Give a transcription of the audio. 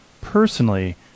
Personally